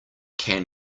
can